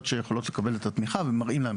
שיכולות לקבל את התמיכה ומראים להם.